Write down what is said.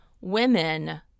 women